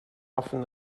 often